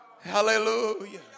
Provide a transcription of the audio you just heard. Hallelujah